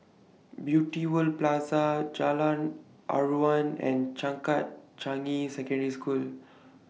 Beauty World Plaza Jalan Aruan and Changkat Changi Secondary School